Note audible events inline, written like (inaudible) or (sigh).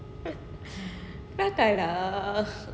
(laughs) entah lah